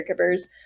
caregivers